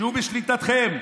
שיהיו בשליטתכם,